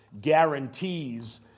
guarantees